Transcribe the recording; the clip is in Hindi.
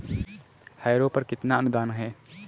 हैरो पर कितना अनुदान है?